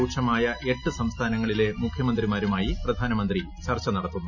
രൂക്ഷമായ എട്ട് സംസ്ഥാനങ്ങളില്ല് മുഖ്യമന്ത്രിമാരുമായി പ്രധാനമന്ത്രി ചർച്ച നടത്തൂന്നു